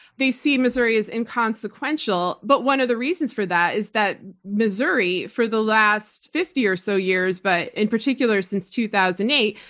they see missouri as inconsequential, but one of the reasons for that is that missouri, for the last fifty or so years but in particular since two thousand and eight,